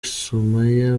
sumaya